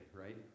right